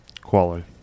Quality